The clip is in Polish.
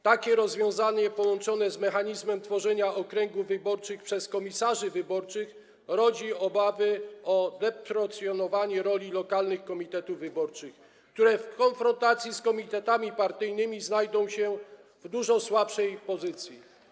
Takie rozwiązanie połączone z mechanizmem tworzenia okręgów wyborczych przez komisarzy wyborczych rodzi obawy o deprecjonowanie roli lokalnych komitetów wyborczych, które w konfrontacji z komitetami partyjnymi znajdą się w dużo słabszej pozycji.